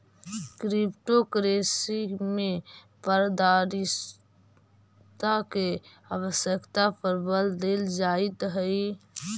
crypto currency में पारदर्शिता के आवश्यकता पर बल देल जाइत हइ